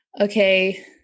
okay